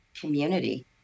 community